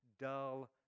dull